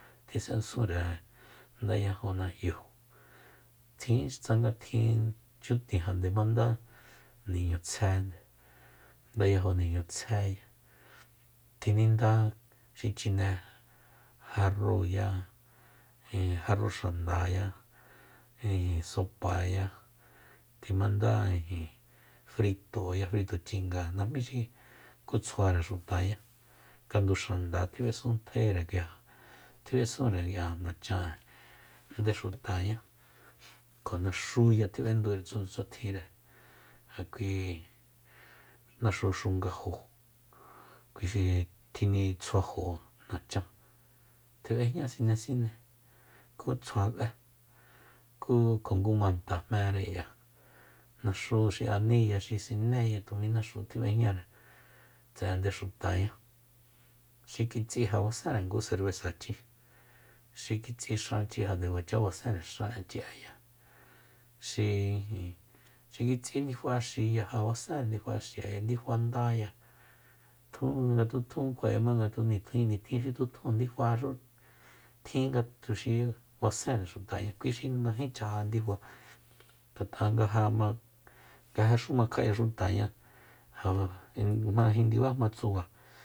Tjis'esunre ndayajo na'yu tjin tsanga tjin nchyutin ja nde mnadá niñutsjé ndayajo niñutsjéya tjininda xi chiné jarrúuya ee jaruu xanda ijin sopaya kjimanda ijin fritoya fritochinga najmí xi kutsjuare xutaña kandu xanda tjib'esuntjaere k'ia tjib'esunre k'ia nachan'e nde xutaña kjo naxúya tjib'endu tsjuatjintsjuatjinre ja kui naxu xungajo kuixi tjinitsjuajo nachan tjib'ejña sinesine ku tsjua b'é ku kjo ngu manta jmere k'ia naxu xi aníya xi sinéya tumi naxu tjib'ejñare tse'e nde xutañá xi kitsí ja basenre ngu serbesachi xi kitsi xanchi ja nde kuacha basenre xanchi'e xi ijin xi kitsi ndifa'axiya basenre ndifa'axi'eya ndifa ndaya tjun nga tjutjun kjua'ema nga ntjin- nitjin xu tjutjun ndifaxu tjin nga tuxi basenre xutaña kui xi majé chaja ndifa ngat'a ja ma nga jaxu makja'e xutaña ja jma jindiba jma tsuba